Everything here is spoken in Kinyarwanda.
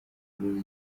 kuri